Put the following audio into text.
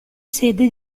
sede